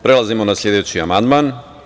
Prelazimo na sledeći amandman.